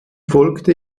folgte